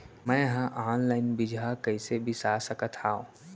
मे हा अनलाइन बीजहा कईसे बीसा सकत हाव